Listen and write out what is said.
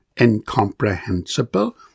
incomprehensible